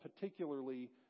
particularly